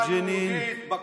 אם הייתם ממשלה יהודית קומפלט,